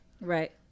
right